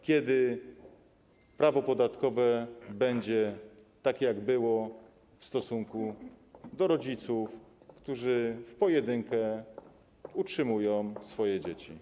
Kiedy prawo podatkowe będzie takie, jak było, w stosunku do rodziców, którzy w pojedynkę utrzymują swoje dzieci?